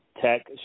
tech